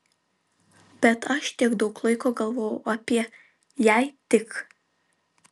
bet aš tiek daug laiko galvojau apie jei tik